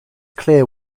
clear